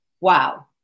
Wow